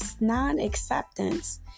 non-acceptance